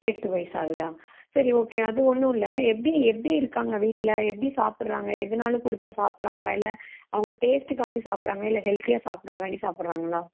எட்டு வயசு ஆகுதா சரி ஓகே அது ஒன்றும் இல்லை எப்படி எப்படி இருக்காங்க வீட்டில் எப்படி சாப்பிட்றாங்க எதனாலும் கொடுத்தா சாப்பிட்றாங்களா இல்லை அவங்க டேஸ்ட்டுக்காண்டி சாப்பிட்றாங்களா இல்லை ஹெல்த்தியாக சாப்பிட்றக்காண்டி சாப்பிட்றாங்களா